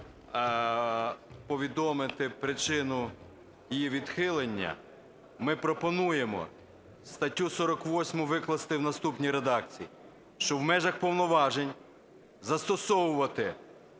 повідомити причину її відхилення. Ми пропонуємо статтю 48 викласти в наступній редакції. Що в межах повноважень застосовувати